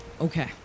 Okay